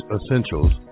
Essentials